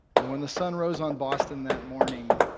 and when the sun rose on boston that morning,